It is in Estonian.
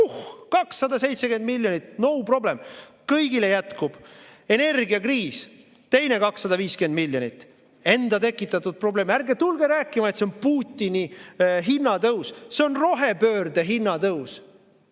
siis 270 miljonit, no problem, kõigile jätkub. Energiakriis, teine 250 miljonit. Enda tekitatud probleem. Ärge tulge rääkima, et see on Putini [tegevuse põhjustatud] hinnatõus.